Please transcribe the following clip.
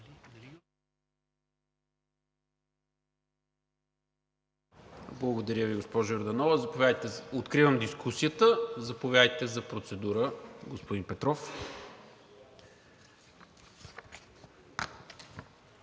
Благодаря Ви, госпожо Димитрова. Откривам дискусията. Заповядайте за процедура, господин Петров.